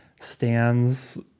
stands